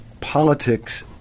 politics